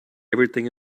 everything